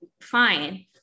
fine